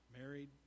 married